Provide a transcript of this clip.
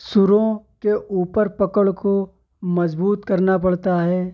سروں کے اوپر پکڑ کو مضبوط کرنا پڑتا ہے